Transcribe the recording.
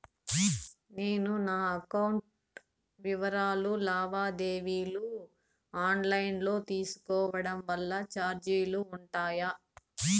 నేను నా అకౌంట్ వివరాలు లావాదేవీలు ఆన్ లైను లో తీసుకోవడం వల్ల చార్జీలు ఉంటాయా?